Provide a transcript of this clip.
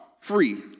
free